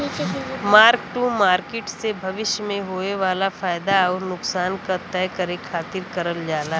mark to market से भविष्य में होये वाला फयदा आउर नुकसान क तय करे खातिर करल जाला